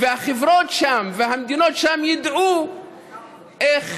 והחברות שם והמדינות שם ידעו איך